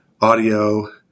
audio